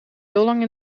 lang